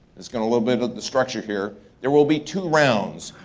it's got a little bit of structure here. there will be two rounds.